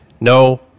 No